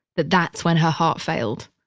that that's when her heart failed,